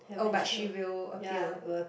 oh but she will appear